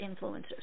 influencers